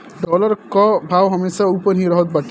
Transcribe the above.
dollar कअ भाव हमेशा उपर ही रहत बाटे